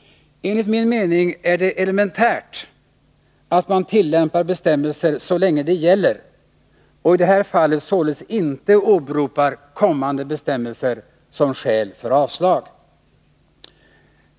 Enligt min mening är det elementärt att man tillämpar bestämmelser så länge de gäller och i det här fallet således inte åberopar kommande bestämmelser som skäl för avslag.